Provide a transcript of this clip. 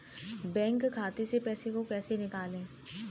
Bank खाते से पैसे को कैसे निकालें?